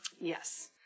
Yes